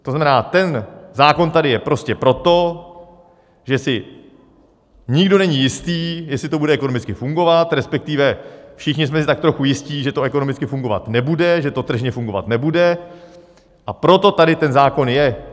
To znamená, ten zákon tady je prostě proto, že si nikdo není jist, jestli to bude ekonomicky fungovat, respektive všichni jsme si tak trochu jisti, že to ekonomicky fungovat nebude, že to tržně fungovat nebude, a proto tady ten zákon je.